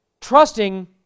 trusting